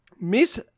Miss